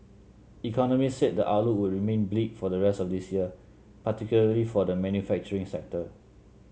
economists said the outlook would remain bleak for the rest of this year particularly for the manufacturing sector